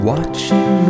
Watching